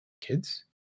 kids